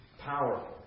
Powerful